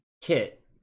kit